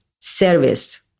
service